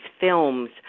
films